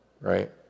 Right